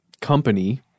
company